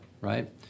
right